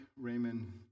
Raymond